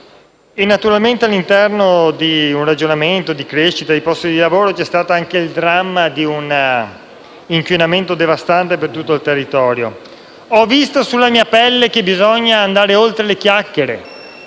ettari. All'interno di un ragionamento di crescita di posti di lavoro c'è stato anche il dramma di un inquinamento devastante per tutto il territorio. Ho visto sulla mia pelle che bisogna andare oltre le chiacchiere;